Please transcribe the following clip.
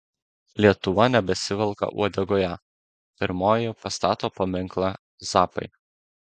lietuva nebesivelka uodegoje pirmoji pastato paminklą zappai